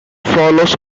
follows